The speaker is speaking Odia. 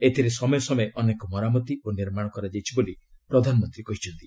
ଏଥିରେ ସମୟେ ସମୟେ ଅନେକ ମରାତି ଓ ନିର୍ମାଣ କରାଯାଇଛି ବୋଲି ପ୍ରଧାନମନ୍ତ୍ରୀ କହିଛନ୍ତି